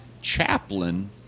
chaplain